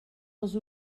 els